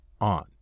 on